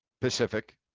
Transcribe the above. Pacific